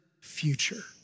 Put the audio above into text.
future